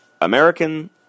American